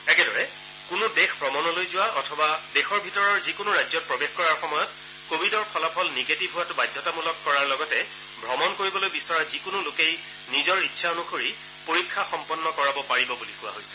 একেদৰে কোনো দেশ ভ্ৰমণলৈ যোৱা অথবা দেশৰ ভিতৰৰ যিকোনো ৰাজ্যত প্ৰৱেশ কৰাৰ সময়ত ক ভিডৰ ফলাফল নিগেটিভ হোৱাটো বাধ্যতামূলক কৰাৰ লগতে ভ্ৰমণ কৰিবলৈ বিচৰা যিকোনো লোকেই নিজৰ ইচ্ছা অনুসৰি পৰীক্ষা সম্পন্ন কৰাব পাৰিব বুলি কোৱা হৈছে